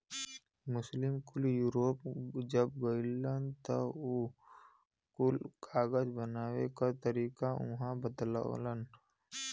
मुस्लिम कुल यूरोप जब गइलन त उ कुल कागज बनावे क तरीका उहाँ बतवलन